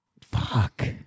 fuck